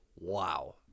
wow